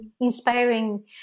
inspiring